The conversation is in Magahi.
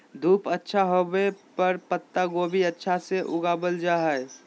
धूप अच्छा होवय पर पत्ता गोभी अच्छा से उगावल जा हय